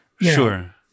Sure